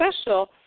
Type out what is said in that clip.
special